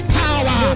power